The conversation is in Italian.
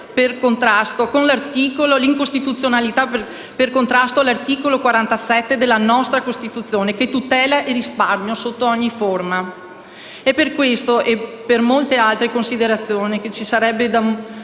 per contrasto con l'articolo 47 della nostra Costituzione che tutela il risparmio sotto ogni forma. Per queste e molte altre considerazioni che ci sarebbero da